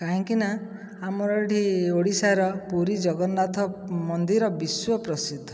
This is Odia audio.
କାହିଁକି ନା ଆମର ଏଠି ଓଡ଼ିଶାର ପୁରୀ ଜଗନ୍ନାଥ ମନ୍ଦିର ବିଶ୍ଵ ପ୍ରସିଦ୍ଧ